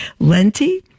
Lenti